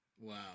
Wow